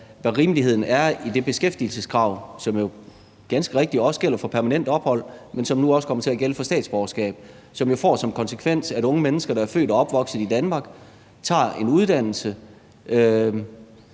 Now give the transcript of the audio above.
hvad rimeligheden er i det beskæftigelseskrav, som jo ganske rigtigt også gælder for permanent ophold, men som nu også kommer til at gælde for statsborgerskab, og som får som konsekvens, at unge mennesker, der er født og opvokset i Danmark og tager en uddannelse,